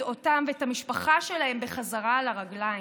אותם ואת המשפחה שלהם בחזרה על הרגליים.